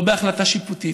לא בהחלטה שיפוטית,